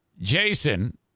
Jason